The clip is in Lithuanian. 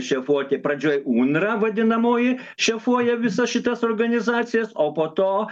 šefuoti pradžioje ūndra vadinamoji šefuoja visas šitas organizacijas o po to